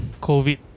Covid